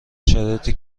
شرایطی